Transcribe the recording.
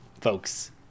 folks